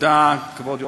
כבוד היושב-ראש,